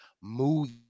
movie